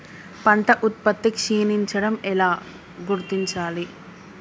పంట ఉత్పత్తి క్షీణించడం ఎలా గుర్తించాలి?